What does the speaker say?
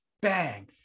bang